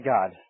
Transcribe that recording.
God